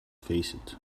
faced